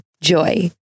Joy